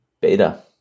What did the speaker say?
beta